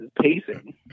Pacing